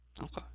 Okay